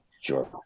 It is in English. Sure